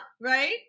right